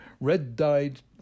red-dyed